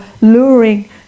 luring